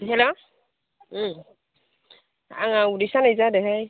hello आंहा उदै सानाय जादोंहाय